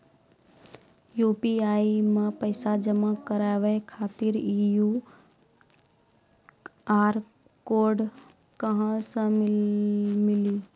UPI मे पैसा जमा कारवावे खातिर ई क्यू.आर कोड कहां से मिली?